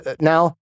now